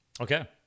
Okay